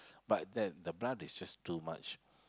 but that the blood is just too much